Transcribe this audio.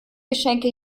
geschenke